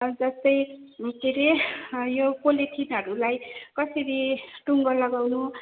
जस्तै के रे यो पोलिथिनहरूलाई कसरी टुङ्गो लगाउनु